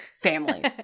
Family